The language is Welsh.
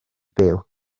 byw